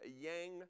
Yang